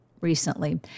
recently